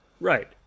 Right